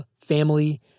family